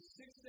six